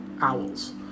owls